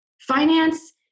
finance